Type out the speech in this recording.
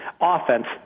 offense